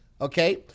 Okay